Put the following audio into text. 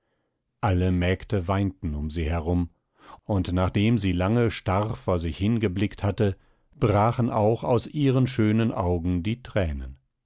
alle mägde weinten um sie herum und nachdem sie lange starr vor sich hingeblickt hatte brachen auch aus ihren schönen augen die thränen